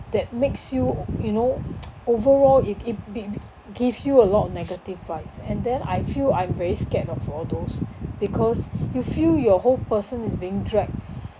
that makes you you know overall it it be~ be~ gives you a lot of negative vibes and then I feel I'm very scared of all those because you feel your whole person is being dragged